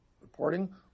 reporting